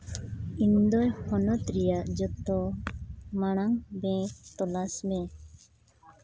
ᱤᱱᱰᱳᱨ ᱦᱚᱱᱚᱛ ᱨᱮᱭᱟᱜ ᱡᱚᱛᱚ ᱢᱟᱭᱟᱢ ᱵᱮᱝᱠ ᱛᱚᱞᱟᱥ ᱢᱮ